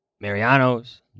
Mariano's